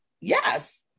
yes